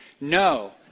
No